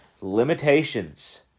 Limitations